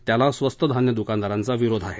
त्याला स्वस्त धान्य दुकानदारांचा विरोध आहे